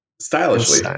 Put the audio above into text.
stylishly